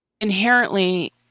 inherently